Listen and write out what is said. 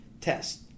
test